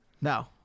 No